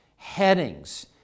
headings